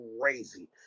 crazy